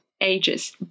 ages